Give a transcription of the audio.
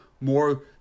more